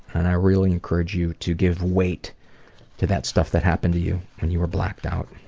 and i really encourage you to give weight to that stuff that happened to you when you were blacked out.